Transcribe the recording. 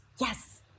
Yes